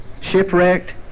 shipwrecked